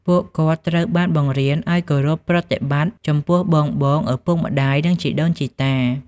ពួកគាត់ត្រូវបានបង្រៀនឱ្យ គោរពប្រតិបត្តិ ចំពោះបងៗ ឪពុកម្ដាយ និងជីដូនជីតា។